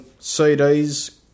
CDs